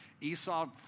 Esau